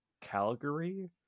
Calgary